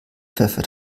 pfeffer